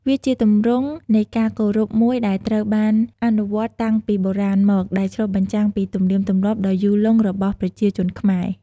វាជាទម្រង់នៃការគោរពមួយដែលត្រូវបានអនុវត្តតាំងពីបុរាណមក ដែលឆ្លុះបញ្ចាំងពីទំនៀមទម្លាប់ដ៏យូរលង់របស់ប្រជាជនខ្មែរ។